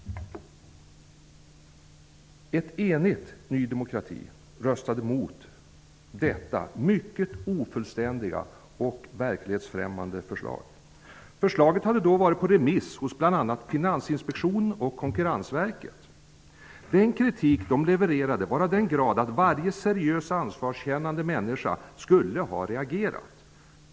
Ett enigt Ny demokrati röstade mot detta mycket ofullständiga och verklighetsfrämmande förslag. Den kritik som man där levererade var av den grad att varje seriös och ansvarskännande människa skulle ha reagerat.